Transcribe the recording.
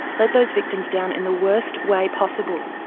let those victims down in the worst way possible.